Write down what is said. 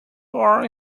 are